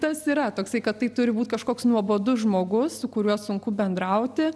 tas yra toksai kad tai turi būt kažkoks nuobodus žmogus su kuriuo sunku bendrauti